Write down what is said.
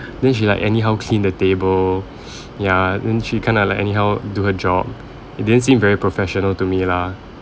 then she like anyhow cleaned the table ya then she kind of like anyhow do her job it didn't seem very professional to me lah